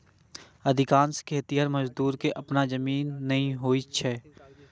अधिकांश खेतिहर मजदूर कें अपन जमीन नै होइ छै